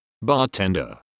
Bartender